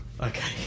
okay